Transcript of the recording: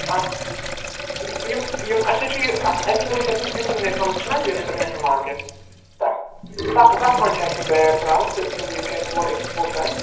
اَتھ یِم اَسہِ حظ چھِ یہِ ایکچُؤلی چھِ اَسہِ یِم اِنٹَرنیشنَل چھِنا یہِ اِنٹَرنیشنَل مارکیٚٹ تَتھ منٛز چھِ اَسہِ یِم بیٹ ترٛاوٕنۍ تہٕ تِم یِم چھِ اَسہِ تور ایکٕسپوٹ کَرٕنۍ